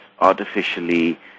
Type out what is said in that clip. artificially